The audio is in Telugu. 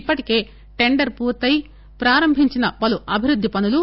ఇప్పటికే టెండర్ పూర్తయి ప్రారంభించిన పలు అభివృద్ది పనులు